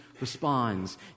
responds